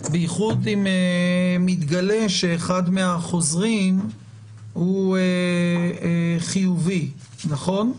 בייחוד אם מתגלה שאחד מהחוזרים הוא חיובי, נכון?